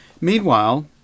Meanwhile